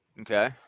okay